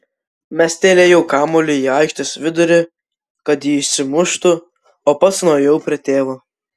mestelėjau kamuolį į aikštės vidurį kad jį išsimuštų o pats nuėjau prie tėvo